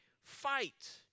fight